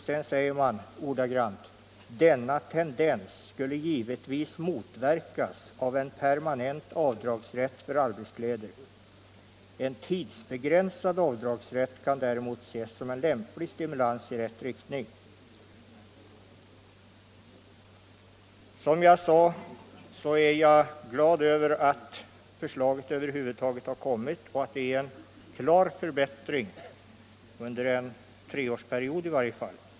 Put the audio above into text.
Sedan heter det att ”denna tendens skulle givetvis motverkas av en permanent avdragsrätt för arbetskläder. En tidsbegränsad avdragsrätt kan däremot ses som en lämplig stimulans i rätt riktning.” Som jag sade är jag glad över att förslaget över huvud taget har kommit och att det innebär en klar förbättring i varje fall under en treårsperiod.